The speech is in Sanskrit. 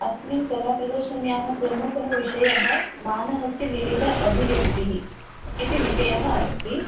अस्मिन् कलाप्रदर्शिन्याः प्रमुखः विषयः मानवस्य विविध अभिव्यक्तिः इति विषयः अस्ति